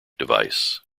device